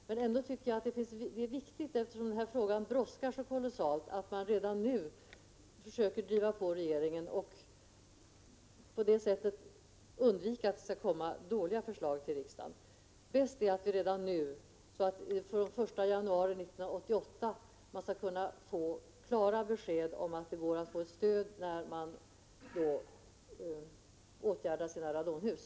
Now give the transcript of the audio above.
Jag tycker att det är viktigt, eftersom den här frågan brådskar så kolossalt, att man redan nu försöker driva på regeringen för att på det sättet undvika att det kommer dåliga förslag till riksdagen. Bäst är att man redan från den 1 januari 1988 skall kunna få klart besked om att det går att få stöd när man åtgärdar sina radonhus.